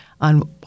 on